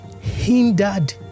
hindered